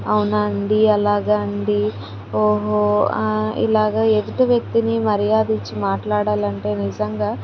అవునా అండి అలాగా అండి ఓహో ఆ ఇలాగ ఎదుటి వ్యక్తిని మర్యాద ఇచ్చి మాట్లాడాలంటే నిజంగా